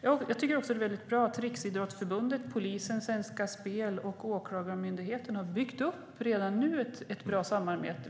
Jag tycker att det är väldigt bra att Riksidrottsförbundet, polisen, Svenska Spel och Åklagarmyndigheten redan nu har byggt upp ett bra samarbete.